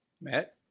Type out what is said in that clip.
Matt